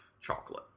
chocolate